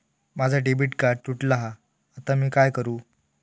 माझा debit card तुटला हा आता मी काय करू?